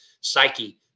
psyche